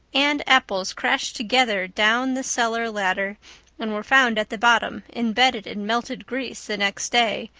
and apples crashed together down the cellar ladder and were found at the bottom embedded in melted grease, the next day,